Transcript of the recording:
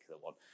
one